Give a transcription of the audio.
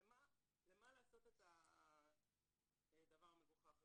אז למה לעשות את הדבר המגוחך הזה.